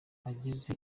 ageze